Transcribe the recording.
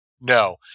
No